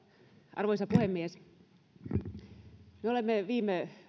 arvoisa puhemies me olemme oikeastaan viime